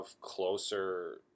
closer